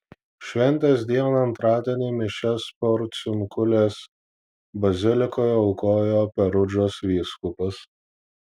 šventės dieną antradienį mišias porciunkulės bazilikoje aukojo perudžos vyskupas